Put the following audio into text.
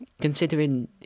considering